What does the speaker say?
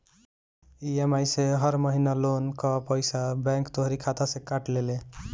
EMI से हर महिना लोन कअ पईसा बैंक तोहरी खाता से काट लेले